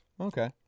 okay